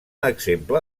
exemple